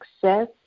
success